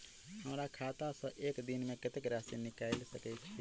हमरा खाता सऽ एक दिन मे कतेक राशि निकाइल सकै छी